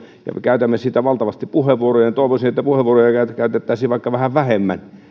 käytämme siitä valtavasti puheenvuoroja niin toivoisin että puheenvuoroja käytettäisiin vaikka vähän vähemmän